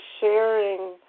sharing